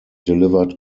delivered